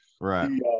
Right